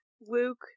Luke